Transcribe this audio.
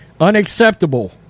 unacceptable